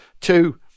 Two